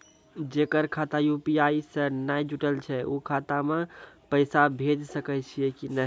जेकर खाता यु.पी.आई से नैय जुटल छै उ खाता मे पैसा भेज सकै छियै कि नै?